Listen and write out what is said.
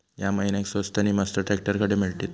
या महिन्याक स्वस्त नी मस्त ट्रॅक्टर खडे मिळतीत?